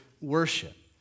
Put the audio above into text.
worship